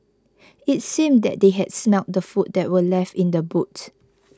it seemed that they had smelt the food that were left in the boot